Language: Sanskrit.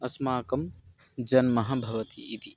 अस्माकं जन्म भवति इति